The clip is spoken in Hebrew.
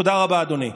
תודה רבה, אדוני.